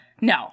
No